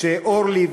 כשאורלי,